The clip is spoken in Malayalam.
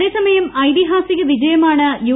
അതേസമയം ഐത്രിഹാസിക വിജയമാണ് യു